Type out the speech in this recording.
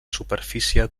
superfície